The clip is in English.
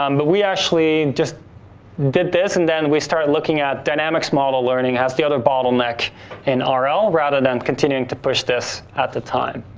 um but we actually just did this, and then, we started looking at dynamics model learning as the other bottleneck in ah rl rather than continuing to push this at the time.